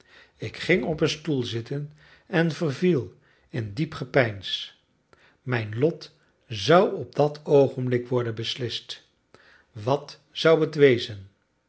ik ging op een stoel zitten en verviel in diep gepeins mijn lot zou op dat oogenblik worden beslist wat zou het wezen